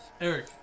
Eric